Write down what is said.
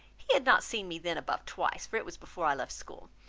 he had not seen me then above twice, for it was before i left school.